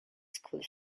school